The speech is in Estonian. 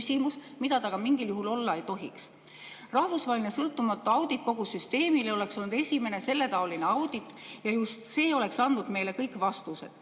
mida see aga mingil juhul olla ei tohiks. Rahvusvaheline sõltumatu kogu süsteemi audit oleks olnud esimene selletaoline audit ja just see oleks andnud meile kõik vastused.